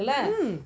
mm